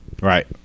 Right